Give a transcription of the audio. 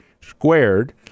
squared